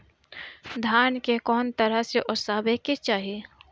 धान के कउन तरह से ओसावे के चाही?